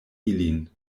ilin